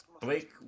Blake